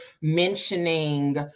mentioning